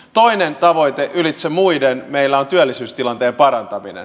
toinen tavoite ylitse muiden meillä on työllisyystilanteen parantaminen